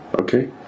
Okay